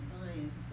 science